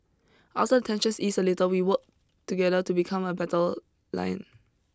after tensions ease a little we work together to become a battle lion